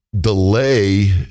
Delay